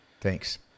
thanks